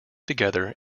together